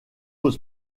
aux